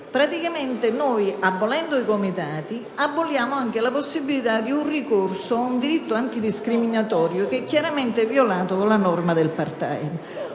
attraverso l'abolizione dei comitati aboliamo anche la possibilità di un ricorso a un diritto antidiscriminatorio che chiaramente è violato con la norma sul *part-time*.